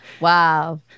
Wow